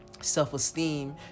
self-esteem